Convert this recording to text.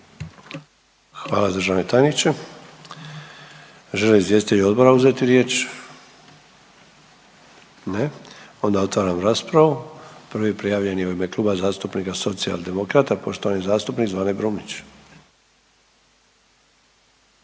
Hvala državni tajniče. Žele li izvjestitelji odbora uzeti riječ? Ne. Onda otvaram raspravu. Prvi prijavljen je u ime Kluba zastupnika Socijaldemokrata poštovani zastupnik Zvane Brumnić.